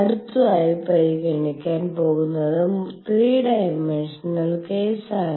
അടുത്തതായി പരിഗണിക്കാൻ പോകുന്നത് 3 ഡൈമൻഷണൽ കേസാണ്